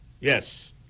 Yes